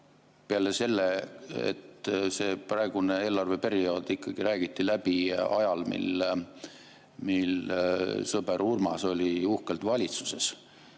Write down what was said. peale selle: see praegune eelarveperiood räägiti läbi ajal, mil sõber Urmas oli uhkelt valitsuses.